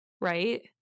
Right